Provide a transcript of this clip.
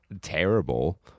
terrible